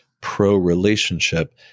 pro-relationship